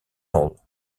hall